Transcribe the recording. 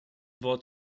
wort